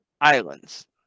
islands